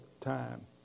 time